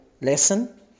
lesson